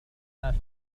درست